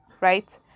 right